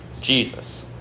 Jesus